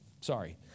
Sorry